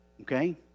Okay